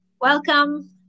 Welcome